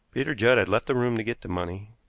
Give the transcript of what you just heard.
peter judd had left the room to get the money,